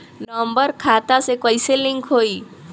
Number खाता से कईसे लिंक होई?